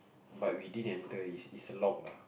but we didn't enter it's it's locked lah